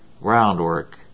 groundwork